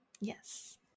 Yes